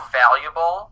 valuable